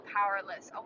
powerless